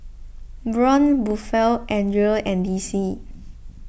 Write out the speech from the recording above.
Braun Buffel andre and D C